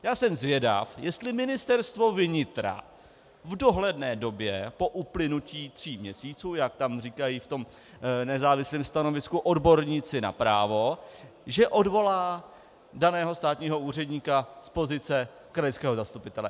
Já jsem zvědav, jestli Ministerstvo vnitra v dohledné době, po uplynutí tří měsíců, jak tam říkají v tom nezávislém stanovisku odborníci na právo, že odvolá daného státního úředníka z pozice krajského zastupitele.